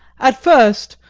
at first,